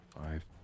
five